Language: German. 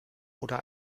oder